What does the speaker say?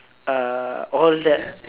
ah all that